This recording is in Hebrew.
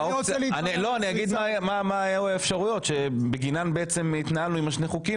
אגיד מה היו האפשרויות שבגינן התנהלנו עם שני החוקים